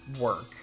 work